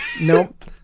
Nope